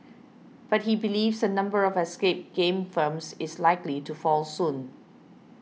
but he believes the number of escape game firms is likely to fall soon